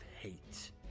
hate